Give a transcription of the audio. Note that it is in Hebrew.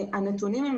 הנתונים הם